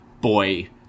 boy